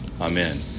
amen